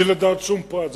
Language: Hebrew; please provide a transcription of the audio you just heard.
בלי לדעת שום פרט.